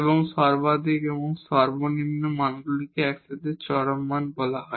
এবং এই ম্যাক্সিমা এবং মিনিমা মানগুলিকে একসাথে এক্সস্টিম ভ্যালু বলা হয়